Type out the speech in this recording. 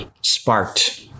sparked